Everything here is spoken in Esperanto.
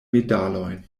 medalojn